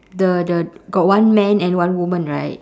the the got one man and one woman right